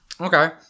okay